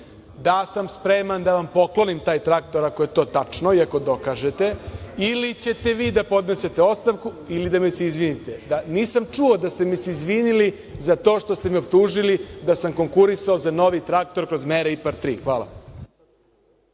da sam spreman da vam poklonim taj traktor, ako je to tačno i ako dokažete, ili ćete vi da podnesete ostavku ili da mi se izvinite. Nisam čuo da ste mi se izvinili za to što ste me optužili da sam konkurisao za novi traktor kroz mere IPARD 3. Hvala.